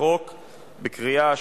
הליך החקיקה,